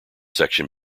section